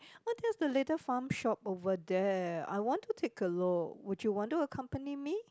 what is the little farm shop over there I want to take a look would you want to accompany me